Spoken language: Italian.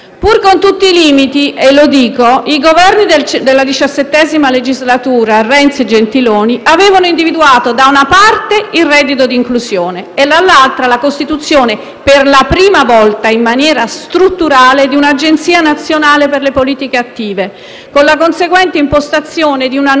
Pur con tutti i limiti - lo dico - i Governi della XVII legislatura di Renzi e Gentiloni avevano individuato, da una parte il reddito, d'inclusione e, dall'altra, la costituzione, per la prima volta in maniera strutturale, di un'agenzia nazionale per le politiche attive, con la conseguente impostazione di una nuova